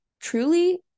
truly